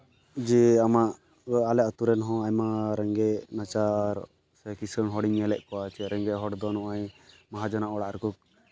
ᱡᱮ ᱟᱢᱟᱜ ᱟᱞᱮ ᱟᱛᱳ ᱨᱮᱱ ᱦᱚᱸ ᱟᱭᱢᱟ ᱨᱮᱸᱜᱮᱡ ᱱᱟᱪᱟᱨ ᱥᱮ ᱠᱤᱥᱟᱹᱬ ᱦᱚᱲᱤᱧ ᱧᱮᱞᱮᱫ ᱠᱚᱣᱟ ᱡᱮ ᱨᱮᱸᱜᱮᱡ ᱦᱚᱲ ᱫᱚ ᱱᱚᱜᱼᱚᱸᱭ ᱢᱟᱦᱟᱡᱚᱱᱟᱜ ᱚᱲᱟᱜ ᱨᱮᱠᱚ